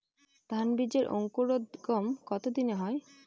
ধান বীজের অঙ্কুরোদগম কত দিনে হয়?